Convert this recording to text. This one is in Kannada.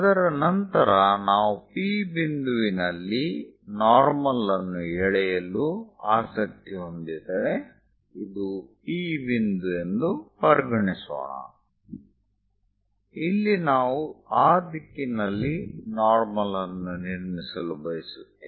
ಅದರ ನಂತರ ನಾವು P ಬಿಂದುವಿನಲ್ಲಿ ನಾರ್ಮಲ್ ಅನ್ನು ಎಳೆಯಲು ಆಸಕ್ತಿ ಹೊಂದಿದ್ದರೆ ಇದು P ಬಿಂದು ಎಂದು ಪರಿಗಣಿಸೋಣ ಇಲ್ಲಿ ನಾವು ಆ ದಿಕ್ಕಿನಲ್ಲಿ ನಾರ್ಮಲ್ ಅನ್ನು ನಿರ್ಮಿಸಲು ಬಯಸುತ್ತೇವೆ